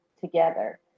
together